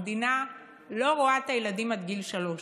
המדינה לא רואה את הילדים עד גיל שלוש.